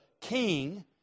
king